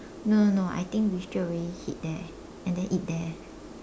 no no no I think we straight away head there and then eat there